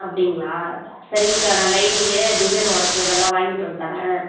அப்படிங்களா சரிங்க்கா நான் லைனிங்கு டிசைனிங் ஒர்க்கு இதெல்லாம் வாங்கிகிட்டு வந்து தர்றேன்